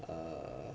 err